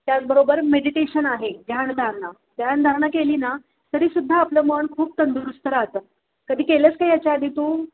त्याचबरोबर मेडिटेशन आहे ध्यानधारणा ध्यानधारणा केली ना तरीसुद्धा आपलं मन खूप तंदुरुस्त राहतं कधी केलंस का याच्या आधी तू